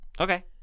Okay